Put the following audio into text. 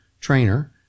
trainer